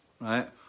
right